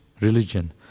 religion